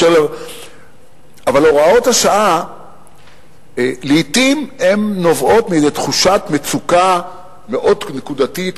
אבל הוראות השעה לעתים נובעות מתחושת מצוקה מאוד נקודתית,